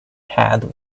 had